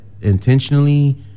intentionally